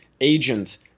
agent